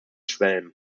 schwelm